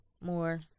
more